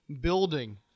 building